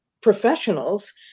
professionals